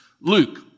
Luke